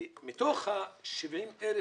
מתוך 70,000